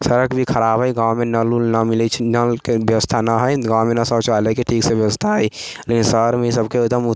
सड़क भी खराब हइ गाँवमे नल उल नहि मिलै छै नलके बेबस्था नहि हइ गाँवमे नहि शौचालयके ठीकसँ बेबस्था हइ लेकिन शहरमे ई सबके एकदम